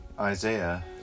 Isaiah